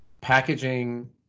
packaging